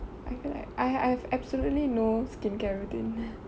I feel like I I have absolutely no skincare routine